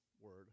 word